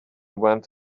went